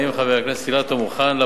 האם חבר הכנסת אילטוב מוכן?